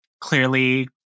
clearly